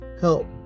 help